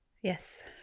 Yes